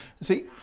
see